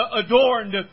adorned